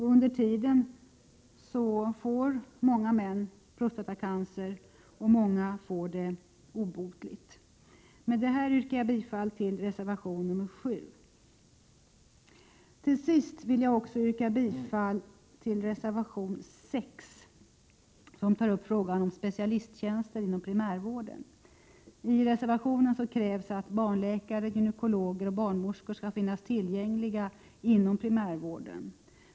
Under tiden får flera män prostatacancer, och många får det obotligt. Med detta yrkar jag bifall till reservation nr 7. Vidare vill jag yrka bifall till reservation nr 6, där frågan om specialisttjänster inom primärvården tas upp. I reservationen krävs att barnläkare, gynekologer och barnmorskor skall finnas tillgängliga inom primärvården.